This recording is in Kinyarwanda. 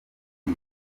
iyi